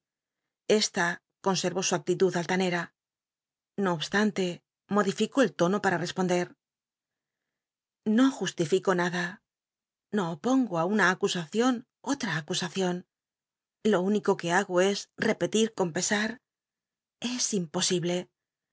conse ó su aclitud altanera no obstante mollificó el lono pnta res ponder no justifico nada no opongo ü una acusacion olla acus lcion lo tinico que hago es repetir con pes w es imposible